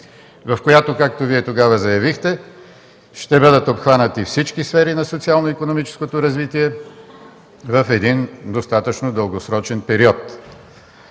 в която, както Вие тогава заявихте, ще бъдат обхванати всички сфери на социално-икономическото развитие в един достатъчно дългосрочен период.